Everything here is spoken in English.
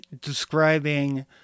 describing